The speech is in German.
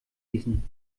gießen